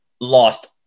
lost